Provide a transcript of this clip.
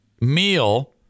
meal